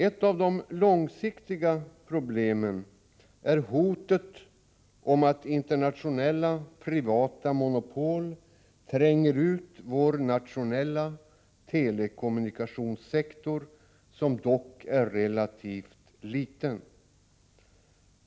Ett av de långsiktiga problemen är hotet att internationella privata monopol tränger ut vår nationella telekommunikationssektor, som dock är relativt liten.